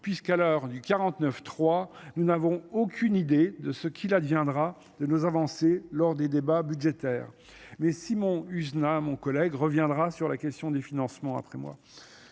puisqu'à l'heure du quarante neuf trois Nous n'avons aucune idée de ce qu'il adviendra de nos avancées lors des débats budgétaires. Mais Simon Husa, mon collègue reviendra sur la question des financements après moi.